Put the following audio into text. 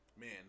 man